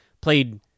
played